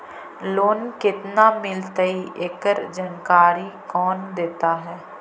Loan केत्ना मिलतई एकड़ जानकारी कौन देता है?